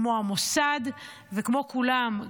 כמו המוסד וכמו כולם.